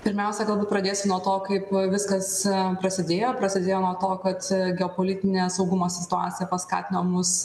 pirmiausia galbūt pradėsiu nuo to kaip viskas prasidėjo prasidėjo nuo to kad geopolitinė saugumo situacija paskatino mus